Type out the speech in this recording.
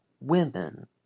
women